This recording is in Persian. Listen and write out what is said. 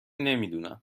نمیدونم